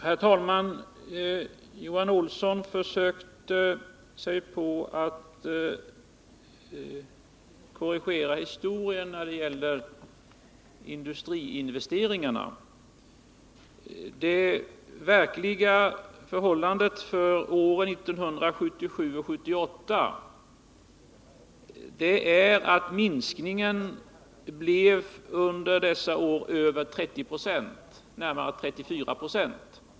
Herr talman! Johan Olsson försökte sig på att korrigera historien när det gäller industriinvesteringarna. Det verkliga förhållandet för åren 1977 och 1978 är att minskningen under dessa år blev över 30 96 — närmare 34 96.